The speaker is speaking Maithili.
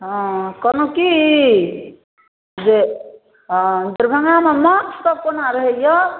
हँ कहलहुँ की जे हँ दरभंगामे माछसभ कोना रहैए